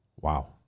Wow